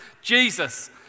Jesus